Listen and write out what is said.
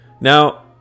Now